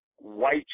White